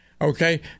okay